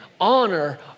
Honor